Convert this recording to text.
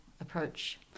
approach